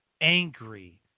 angry